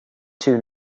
two